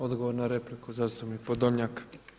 Odgovor na repliku zastupnik Podolnjak.